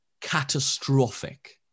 catastrophic